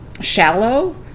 shallow